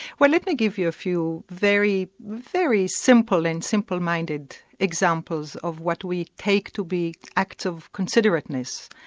well let me give you a few very, very simple and simple-minded examples of what we take to be acts of considerateness.